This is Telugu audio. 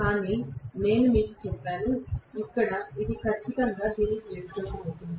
కానీ నేను మీకు చెప్పాను ఇక్కడ ఇది ఖచ్చితంగా దీనికి విరుద్ధంగా ఉంటుంది